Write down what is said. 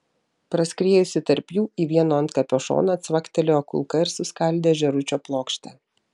praskriejusi tarp jų į vieno antkapio šoną cvaktelėjo kulka ir suskaldė žėručio plokštę